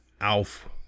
ALF